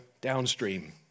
downstream